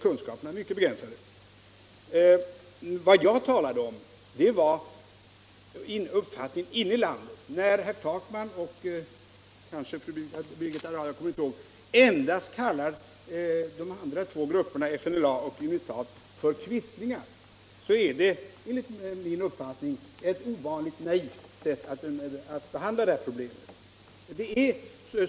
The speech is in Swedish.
Vad jag talade om var uppfattningen inne i landet. När herr Takman och kanske också fru Birgitta Dahl — jag kommer inte riktigt ihåg det — kallar då två andra grupperna, FNLA och UNITA, quislingar, är det enligt min mening ett ovanligt naivt sätt att behandla det här problemet.